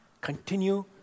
continue